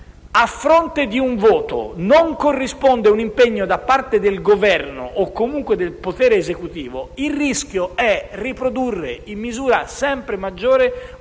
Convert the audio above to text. a fronte di un voto non corrisponde un impegno da parte del Governo o comunque del potere esecutivo, il rischio è riprodurre, in misura sempre maggiore,